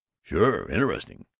sure! interesting!